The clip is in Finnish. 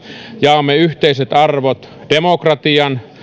jaamme yhteiset arvot demokratian